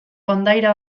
kondaira